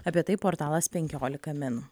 apie tai portalas penkiolika min